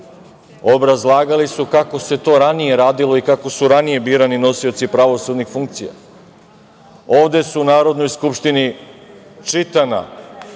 obrazlagali su kako se to ranije radilo i kako su ranije birani nosioci pravosudnih funkcija. Ovde su u Narodnoj skupštini čitana